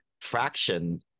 fraction